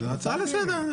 זו הצעה לסדר.